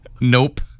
Nope